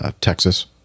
Texas